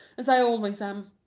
as i always am.